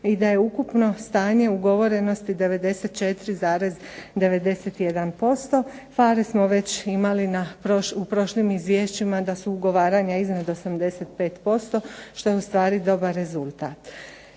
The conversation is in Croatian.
i da je ukupno stanje ugovorenosti 94,91, PHARE smo već imali na, u prošlim izvješćima da su ugovaranja iznad 85%, što je ustvari dobar rezultat.